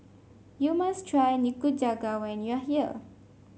you must try Nikujaga when you are here